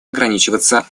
ограничиваться